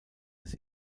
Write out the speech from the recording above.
des